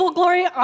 glory